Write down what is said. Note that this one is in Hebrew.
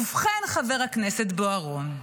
ובכן חבר הכנסת בוארון,